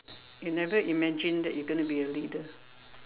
you never imagined that you going to be a leader